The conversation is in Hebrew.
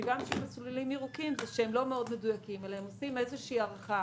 טבעם של מסלולים ירוקים שהם לא מאוד מדויקים אלא הם עושים איזו הערכה